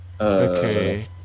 Okay